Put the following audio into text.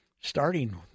starting